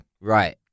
Right